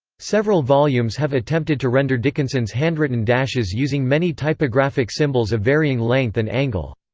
several volumes have attempted to render dickinson's handwritten dashes using many typographic symbols of varying length and angle.